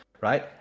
right